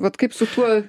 vat kaip su tuo